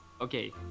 Okay